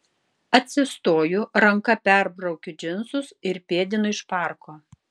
atsistoju ranka perbraukiu džinsus ir pėdinu iš parko